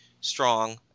strong